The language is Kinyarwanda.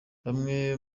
bamwe